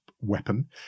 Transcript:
weapon